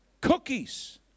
Cookies